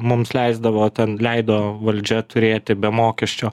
mums leisdavo ten leido valdžia turėti be mokesčio